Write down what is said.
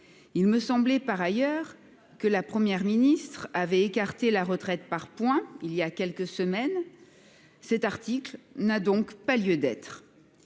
Il me semblait, par ailleurs, que la Première ministre avait écarté la retraite par points voilà quelques semaines. Cet article n'a donc pas lieu d'être.